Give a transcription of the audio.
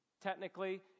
Technically